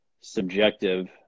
subjective